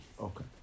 Okay